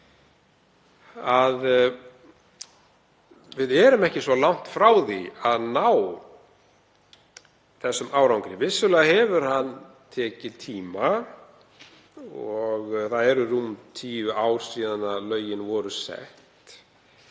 Við erum ekki svo langt frá því að ná þessum árangri. Vissulega hefur það tekið tíma og það eru rúm tíu ár síðan lögin voru sett.